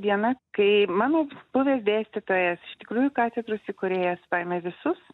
diena kai mano buvęs dėstytojas iš tikrųjų katedros įkūrėjas paėmė visus